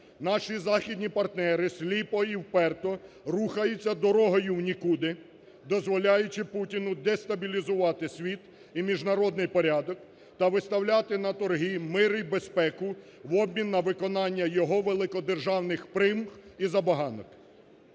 наші західні партнери сліпо і вперто рухаються дорогою в нікуди, дозволяючи Путіну дестабілізувати світ і міжнародний порядок та виставляти на торги мир і безпеку в обмін на виконання його великодержавних примх і забаганок.